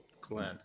Glenn